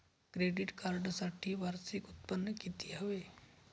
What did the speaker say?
Credit कार्डसाठी वार्षिक उत्त्पन्न किती हवे?